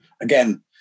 again